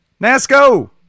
NASCO